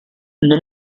non